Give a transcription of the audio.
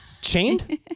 chained